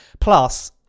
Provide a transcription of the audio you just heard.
Plus